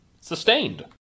Sustained